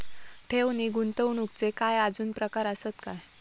ठेव नी गुंतवणूकचे काय आजुन प्रकार आसत काय?